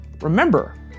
remember